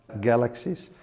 galaxies